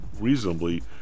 reasonably